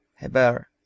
Heber